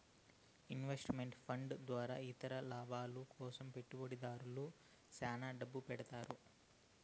invest meant fund ద్వారా ఇతర లాభాల కోసం పెట్టుబడిదారులు శ్యాన డబ్బు పెడతారు